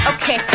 Okay